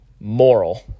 moral